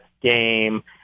game